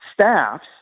staffs